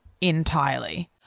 Entirely